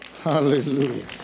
Hallelujah